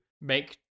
make